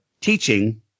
teaching